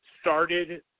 started